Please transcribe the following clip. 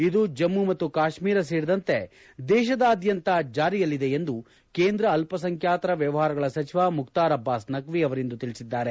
ಇದು ಜಮ್ಮ ಮತ್ತು ಕಾಶ್ಮೀರ ಸೇರಿದಂತೆ ದೇಶದಾದ್ಯಂತ ಜಾರಿಯಲ್ಲಿದೆ ಎಂದು ಕೇಂದ್ರ ಅಲ್ಪ ಸಂಖ್ಯಾತರ ವ್ಯವಹಾರಗಳ ಸಚಿವ ಮುಕ್ತಾರ್ ಅಬ್ಲಾಸ್ ನಖ್ವಿ ಅವರಿಂದು ತಿಳಿಸಿದ್ದಾರೆ